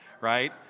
right